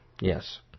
Yes